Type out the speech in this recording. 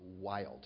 wild